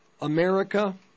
America